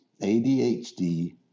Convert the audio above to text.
ADHD